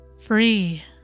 free